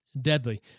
Deadly